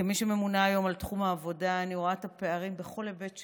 כמי שממונה היום על תחום העבודה אני רואה את הפערים בכל היבט שהוא.